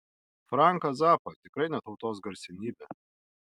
franką zappą tikrai ne tautos garsenybę